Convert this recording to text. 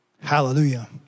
Hallelujah